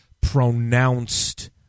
pronounced